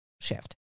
shift